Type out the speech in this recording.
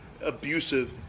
abusive